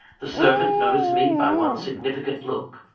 the servant noticed me by one significant look,